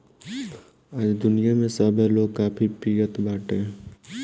आज दुनिया में सभे लोग काफी पियत बाटे